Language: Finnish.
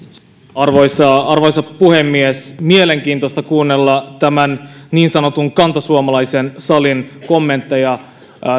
arvoisa arvoisa puhemies on mielenkiintoista kuunnella tämän niin sanotun kantasuomalaisen salin kommentteja